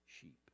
sheep